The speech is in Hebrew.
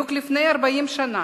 בדיוק לפני 40 שנה,